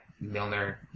Milner